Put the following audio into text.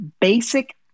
basic